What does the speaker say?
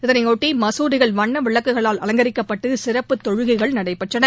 இதனையொட்டி மகுதிகள் வண்ண விளக்குகளால் அலங்கரிக்கப்பட்டு சிறப்பு தொழுகைகள் நடைபெற்றன